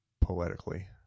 poetically